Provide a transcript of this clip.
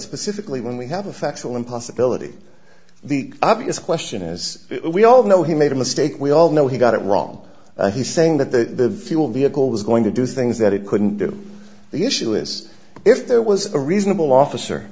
specifically when we have a factual impossibility the obvious question is we all know he made a mistake we all know he got it wrong and he's saying that the fuel vehicle was going to do things that it couldn't do the issue is if there was a reasonable officer